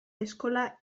eskola